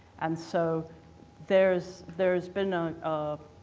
and so there's there's been a,